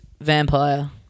vampire